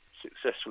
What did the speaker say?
successful